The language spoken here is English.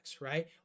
right